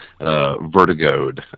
vertigoed